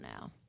now